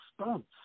stunts